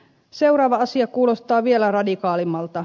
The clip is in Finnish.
seuraava asia kuulostaa vielä radikaalimmalta